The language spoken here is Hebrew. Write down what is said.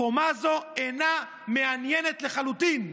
חומה זאת אינה מעניינת לחלוטין".